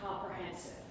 comprehensive